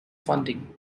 funding